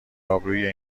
آبروئیه